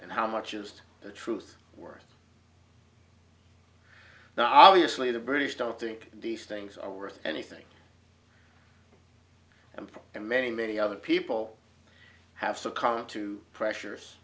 and how much just the truth worth now obviously the british don't think these things are worth anything and in many many other people have succumbed to pressures